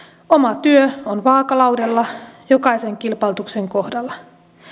oma työ on vaakalaudalla jokaisen kilpailutuksen kohdalla